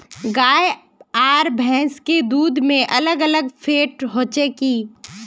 गाय आर भैंस के दूध में अलग अलग फेट होचे की?